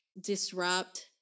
disrupt